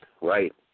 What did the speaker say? Right